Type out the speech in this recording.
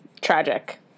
tragic